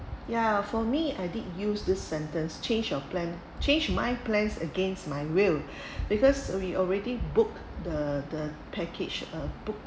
ya for me I did use this sentence change of plan change my plans against my will because we already book the the package uh book